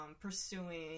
pursuing